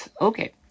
Okay